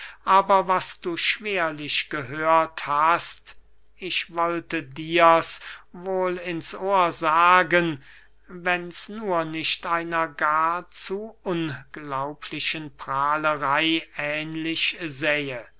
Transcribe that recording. aber was du schwerlich gehört hast ich wollte dirs wohl ins ohr sagen wenn's nur nicht einer gar zu unglaublichen pralerey ähnlich sähe